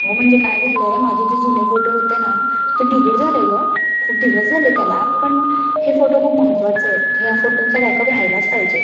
हो म्हणजे काय झालं आहे माझे जे जुने फोटो होते ना ते डिलिट झाले गं खूप दिवस झाले त्याला पण हे फोटो खूप महत्त्वाचे आहेत ह्या फोटोंचा बॅकअप राहिलाच पाहिजे